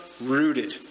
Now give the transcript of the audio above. rooted